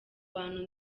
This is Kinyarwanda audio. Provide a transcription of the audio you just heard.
bantu